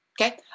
Okay